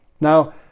Now